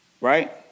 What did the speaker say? Right